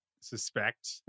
suspect